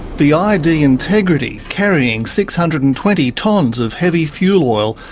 the id integrity, carrying six hundred and twenty tonnes of heavy fuel oil,